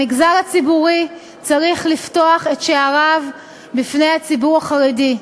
המגזר הציבורי צריך לפתוח את שעריו בפני הציבור החרדי.